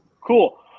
Cool